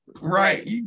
right